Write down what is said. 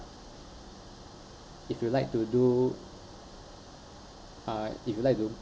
if you like to do uh if you like to